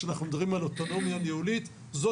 כשאנחנו מדברים על אוטונומיה ניהולית זו